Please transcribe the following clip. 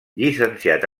llicenciat